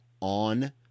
on